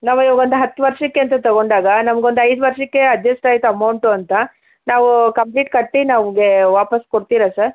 ನಾವು ಒಂದು ಹತು ವರ್ಷಕ್ಕೆ ಅಂತ ತಗೊಂಡಾಗ ನಮಗೆ ಒಂದು ಐದು ವರ್ಷಕ್ಕೆ ಅಜ್ಜೆಸ್ಟ್ ಆಯಿತು ಅಮೌಂಟು ಅಂತ ನಾವು ಕಂಪ್ಲೀಟ್ ಕಟ್ಟಿ ನಮಗೆ ವಾಪಾಸ್ಸು ಕೊಡ್ತೀರಾ ಸರ್